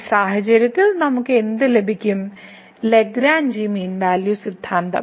ഈ സാഹചര്യത്തിൽ നമുക്ക് എന്ത് ലഭിക്കും ലഗ്രാഞ്ചി മീൻ വാല്യൂ സിദ്ധാന്തം